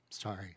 sorry